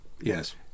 Yes